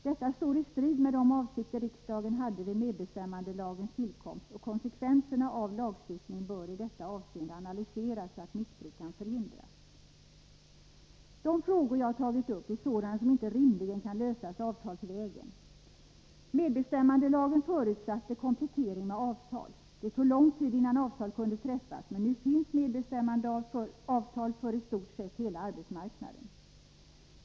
Detta står i strid med de avsikter riksdagen hade vid medbestämmandelagens tillkomst. Konsekvenserna av lagstiftningen bör i detta avseende analyseras, så att missbruk kan förhindras. De frågor jag har tagit upp är sådana som inte rimligen kan lösas avtalsvägen. Medbestämmandelagen förutsatte komplettering med avtal. Det tog lång tid innan avtal kunde träffas, men nu finns medbestämmandeavtal för i stort sett hela arbetsmarknaden.